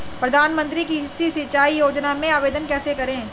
प्रधानमंत्री कृषि सिंचाई योजना में आवेदन कैसे करें?